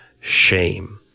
shame